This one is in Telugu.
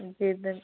ఇంకేంటి అండి